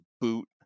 boot